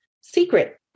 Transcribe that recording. secret